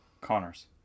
Connors